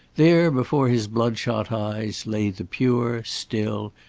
there before his blood-shot eyes lay the pure, still,